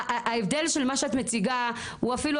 ההבדל של מה שאת מציגה הוא אפילו,